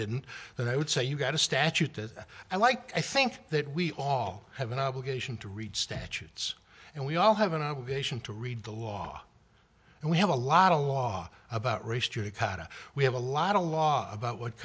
didn't then i would say you got a statute that i like i think that we all have an obligation to read statutes and we all have an obligation to read the law and we have a lot of law about restrict cotta we have a lot of law about what